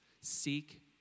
seek